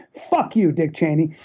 fuck you, dick cheney.